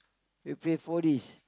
we play four D